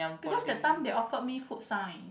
because that time they offered me Food Science